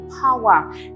power